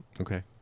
Okay